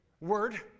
word